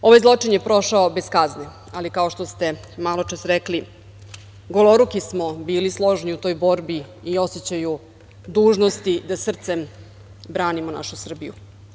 Ovaj zločin je prošao bez kazne, ali, kao što ste maločas rekli, goloruki smo bili složni u toj borbi i osećaju dužnosti da srcem branimo našu Srbiju.